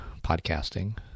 podcasting